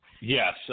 Yes